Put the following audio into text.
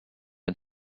and